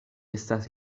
estas